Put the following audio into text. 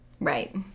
Right